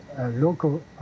local